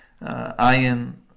Iron